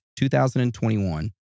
2021